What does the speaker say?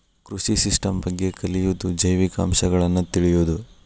ಕೃಷಿ ಸಿಸ್ಟಮ್ ಬಗ್ಗೆ ಕಲಿಯುದು ಜೈವಿಕ ಅಂಶಗಳನ್ನ ತಿಳಿಯುದು